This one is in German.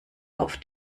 auf